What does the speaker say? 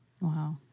Wow